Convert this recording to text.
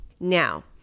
Now